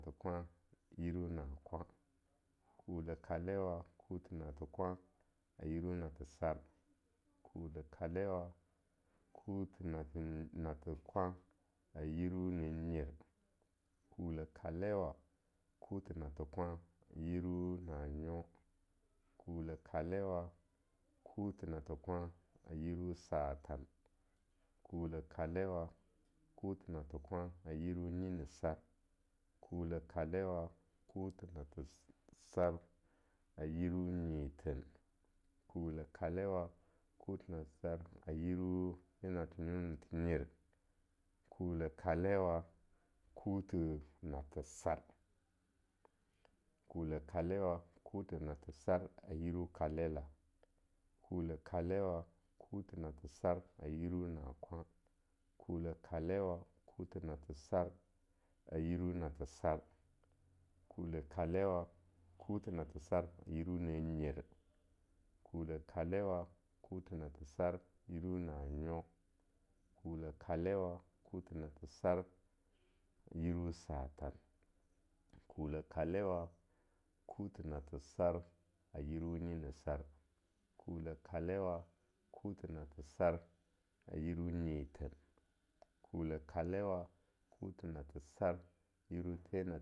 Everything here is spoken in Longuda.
Nathe kwan yiru nakwan. Kule kalewa kuthi nathe kwan yiru nathe sar, kule kalewa kuthi nathe kwan a yiru nannyer, kule kalewa kuthi nathe kwan yiru nanyo, kule kalewa kuthi nathe kwan a yiru satan, kule kalewa kuthi nathekwan a yiru nyinsar, kule kalewa kuthi nathe sar a yiru nyithen, kule kalewa kuthi natheser a yiru the nathe nyo-nathenyer, kule kalewa kuthi nathesar, kule kalewa kuthi nathesar a yiru kalela, kule kalewa kuthi nathesar a yiru nakwan, kule kalewa kuthi nathersar a yiru nathesar, kule kalewa kuthi nathersar a yiru nanyer, kule kalewa kuthi nathersar yiru nanyo, kule kalewa kuthi nathersar yiru satan, kule kalewa kuthi nathersar a yiru nyinisar, kule kalewa kuthi nathersar a yiru nyithen, kule kalewa kuthi nathersar a yiru the nathe.